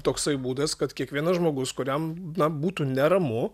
toksai būdas kad kiekvienas žmogus kuriam na būtų neramu